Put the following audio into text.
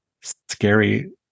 scary